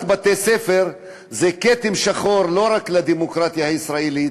בתי-ספר זה כתם שחור לא רק לדמוקרטיה הישראלית,